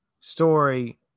story